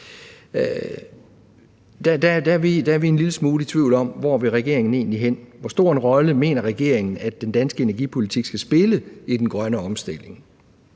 Der er vi en lille smule i tvivl om, hvor regeringen egentlig vil hen, hvor stor en rolle regeringen mener at den danske energipolitik skal spille i den grønne omstilling.